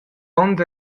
onns